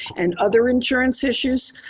and other insurance issues,